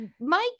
Mike